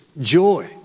Joy